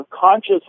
conscious